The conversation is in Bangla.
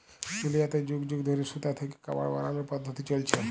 দুলিয়াতে যুগ যুগ ধইরে সুতা থ্যাইকে কাপড় বালালর পদ্ধতি চইলছে